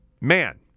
Man